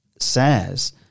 Says